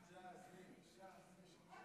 בוקר טוב, אדוני היושב-ראש.